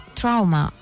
trauma